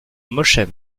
molsheim